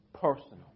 personal